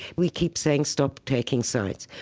we keep saying, stop taking sides.